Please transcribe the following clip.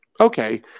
Okay